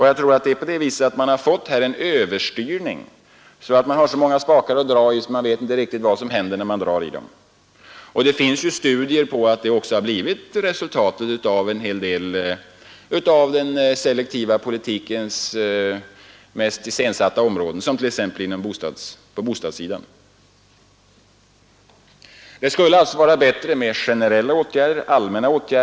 Jag tror att man här har fått en överstyrning; man har så många spakar att dra i att man inte riktigt vet vad som händer när man drar i dem. Det finns studier som visar att det blivit resultatet på en hel del av de områden där den selektiva politiken främst har iscensatts, t.ex. bostadssidan. Det skulle alltså vara bättre med generella åtgärder.